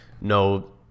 No